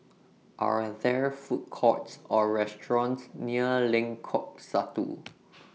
Are There Food Courts Or restaurants near Lengkok Satu